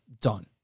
done